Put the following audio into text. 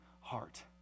heart